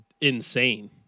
insane